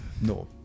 No